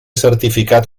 certificat